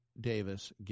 Davis